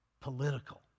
political